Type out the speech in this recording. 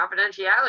confidentiality